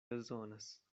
bezonas